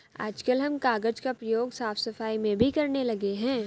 आजकल हम कागज का प्रयोग साफ सफाई में भी करने लगे हैं